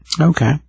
Okay